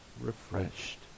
refreshed